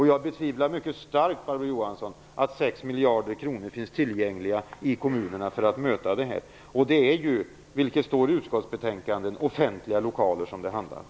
Jag betvivlar mycket starkt att 6 miljarder kronor finns tillgängliga i kommunerna för att möta det här. Det står i utskottsbetänkandet att det handlar om offentliga lokaler.